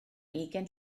ugain